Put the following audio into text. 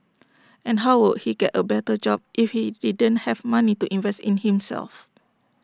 and how would he get A better job if he didn't have money to invest in himself